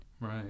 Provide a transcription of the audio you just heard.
Right